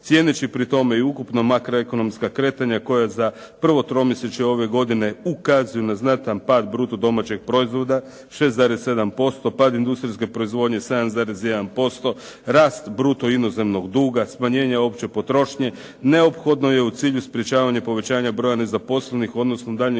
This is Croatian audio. cijeneći pri tome i ukupna makroekonomska kretanja koja za prvo tromjesečje ove godine ukazuju na znatan pad bruto domaćeg proizvoda 6,7%, pad industrijske proizvodnje 7,1%, rast bruto inozemnog duga, smanjenje opće potrošnje neophodno je u cilju sprječavanja povećanja broja nezaposlenih, odnosno daljnjeg